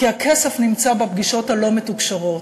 כי הכסף נמצא בפגישות הלא-מתוקשרות.